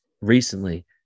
recently